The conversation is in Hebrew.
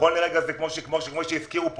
נכון לרגע זה, כפי שהזכירו פה,